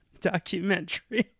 documentary